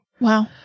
Wow